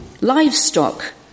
livestock